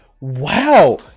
Wow